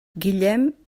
guillem